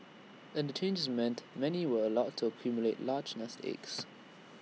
and the changes meant many were allowed to accumulate large nest eggs